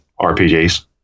RPGs